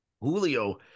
Julio